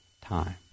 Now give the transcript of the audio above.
time